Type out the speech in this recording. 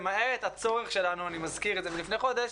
למעט הצורך שלנו אני מזכיר את זה מלפני חודש,